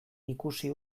ikusi